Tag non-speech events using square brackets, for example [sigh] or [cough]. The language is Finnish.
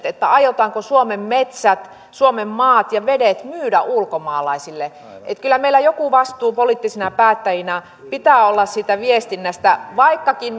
[unintelligible] että aiotaanko suomen metsät maat ja vedet myydä ulkomaalaisille kyllä meillä joku vastuu poliittisina päättäjinä pitää olla siitä viestinnästä vaikkakin [unintelligible]